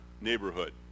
neighborhood